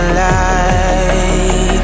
light